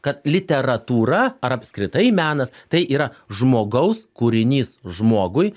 kad literatūra ar apskritai menas tai yra žmogaus kūrinys žmogui